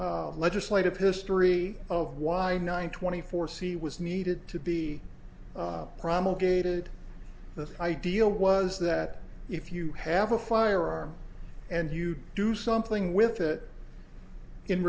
legislative history of why nine twenty four c was needed to be promulgated the ideal was that if you have a firearm and you do something with it in